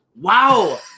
wow